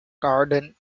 garden